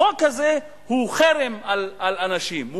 החוק הזה הוא חרם על אנשים,